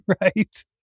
right